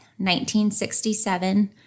1967